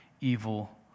evil